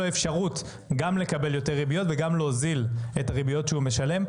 אפשרות לקבל יותר ריביות ולהוזיל את הריביות שהוא משלם.